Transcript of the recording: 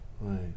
Right